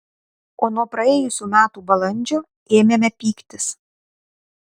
o nuo praėjusių metų balandžio ėmėme pyktis